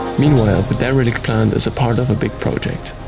meanwhile, the derelict plant is part of a big project.